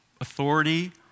authority